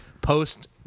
post